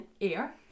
air